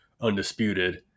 Undisputed